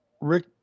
Rick